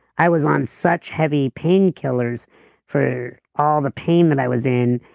i was on such heavy painkillers for all the pain that i was in,